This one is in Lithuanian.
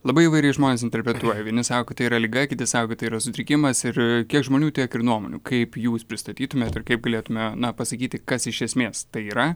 labai įvairiai žmonės interpretuoja vieni sako kad tai yra liga kiti sako kad tai yra sutrikimas ir kiek žmonių tiek ir nuomonių kaip jūs pristatytumėt ir kaip galėtume na pasakyti kas iš esmės tai yra